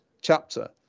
chapter